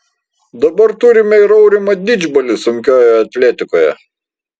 dabar turime ir aurimą didžbalį sunkiojoje atletikoje